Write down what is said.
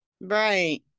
right